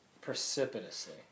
precipitously